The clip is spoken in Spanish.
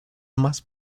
más